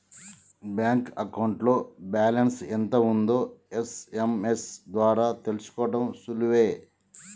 bank అకౌంట్లో balance ఎంత ఉందో ఎస్.ఎం.ఎస్ ద్వారా తెలుసుకోడం సులువే